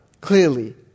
clearly